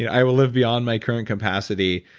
yeah i will live beyond my current capacity.